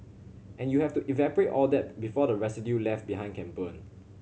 and you have to evaporate all that before the residue left behind can burn